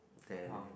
then